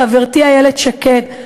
לחברתי איילת שקד,